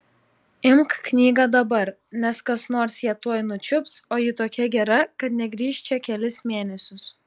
imk knygą dabar nes kas nors ją tuoj nusičiups o ji tokia gera kad negrįš čia kelis mėnesius